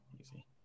Easy